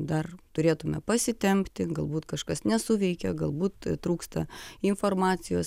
dar turėtume pasitempti galbūt kažkas nesuveikė galbūt trūksta informacijos